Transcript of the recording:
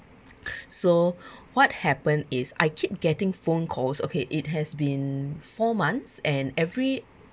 so what happen is I keep getting phone calls okay it has been four months and every